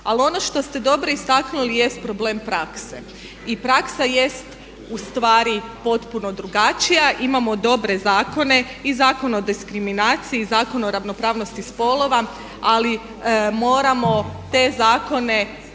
Ali ono što ste dobro istaknuli jest problem prakse. Praksa jest ustvari potpuno drugačija. Imamo dobre zakone, i Zakon o diskriminaciji i Zakon o ravnopravnosti spolova, ali moramo te zakone